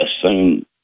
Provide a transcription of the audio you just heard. assume